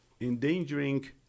endangering